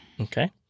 Okay